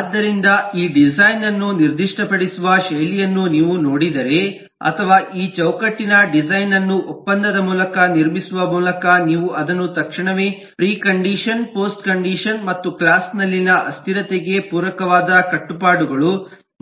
ಆದ್ದರಿಂದ ಈ ಡಿಸೈನ್ ಅನ್ನು ನಿರ್ದಿಷ್ಟಪಡಿಸುವ ಶೈಲಿಯನ್ನು ನೀವು ನೋಡಿದರೆ ಅಥವಾ ಈ ಚೌಕಟ್ಟಿನ ಡಿಸೈನ್ ಅನ್ನು ಒಪ್ಪಂದದ ಮೂಲಕ ನಿರ್ಮಿಸುವ ಮೂಲಕ ನೀವು ಅದನ್ನು ತಕ್ಷಣವೇ ಪ್ರಿಕಂಡಿಷನ್ ಪೋಸ್ಟ್ ಕಂಡಿಷನ್ ಮತ್ತು ಕ್ಲಾಸ್ ನಲ್ಲಿನ ಅಸ್ಥಿರತೆಗೆ ಪೂರಕವಾದ ಕಟ್ಟುಪಾಡುಗಳು